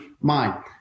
mind